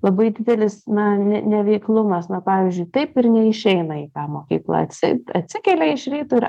labai didelis na ne neveiklumas na pavyzdžiui taip ir neišeina į tą mokyklą atsi atsikelia iš ryto ir